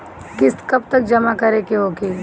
किस्त कब तक जमा करें के होखी?